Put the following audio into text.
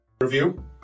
Review